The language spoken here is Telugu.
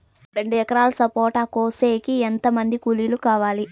రెండు ఎకరాలు సపోట కోసేకి ఎంత మంది కూలీలు కావాలి?